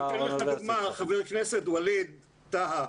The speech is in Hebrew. אני אתן לך דוגמה, חבר הכנסת ווליד טאהא.